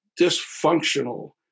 dysfunctional